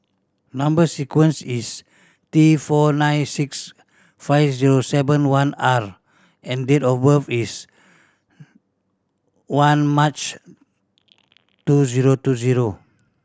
number sequence is T four nine six five zero seven one R and date of birth is one March two zero two zero